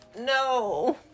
No